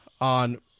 on